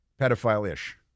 pedophile-ish